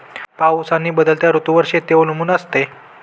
पाऊस आणि बदलत्या ऋतूंवर शेती अवलंबून असते